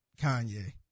Kanye